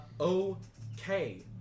Okay